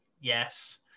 Yes